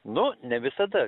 nu ne visada